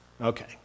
Okay